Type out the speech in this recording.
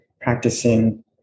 practicing